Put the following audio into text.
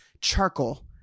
charcoal